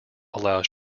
allows